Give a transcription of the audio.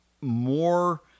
more